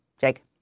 Jake